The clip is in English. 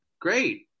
great